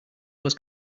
was